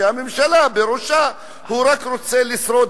שהממשלה שבראשה הוא רק רוצה לשרוד,